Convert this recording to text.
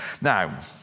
Now